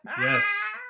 Yes